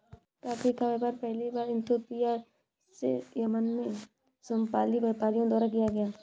coffee का व्यापार पहली बार इथोपिया से यमन में सोमाली व्यापारियों द्वारा किया गया